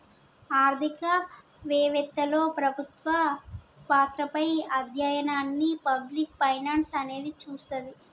ఆర్థిక వెవత్తలో ప్రభుత్వ పాత్రపై అధ్యయనాన్ని పబ్లిక్ ఫైనాన్స్ అనేది చూస్తది